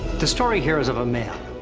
the story here is of a man,